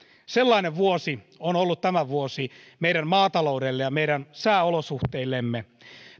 sellainen vuosi on ollut tämä vuosi meidän maataloudelle ja meidän sääolosuhteillemme